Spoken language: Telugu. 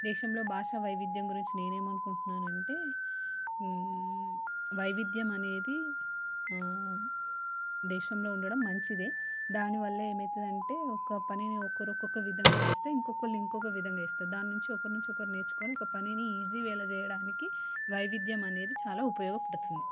దేశంలో భాష వైవిధ్యం గురించి నేను ఏమనుకుంటున్నానంటే వైవిధ్యం అనేది దేశంలో ఉండడం మంచిదే దానివల్ల ఏమవుతుంది అంటే ఒక పనిని ఒకరు ఒక్కొక్క విధంగా చేస్తే ఇంకొకళ్ళు ఇంకొక విధంగా ఇస్తే దాని నుంచి ఒకరి నుంచి ఒకరు నేర్చుకొని ఒక పనిని ఈజీ వేలో చేేయడానికి వైవిధ్యం అనేది చాలా ఉపయోగపడుతుంది